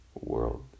world